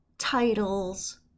titles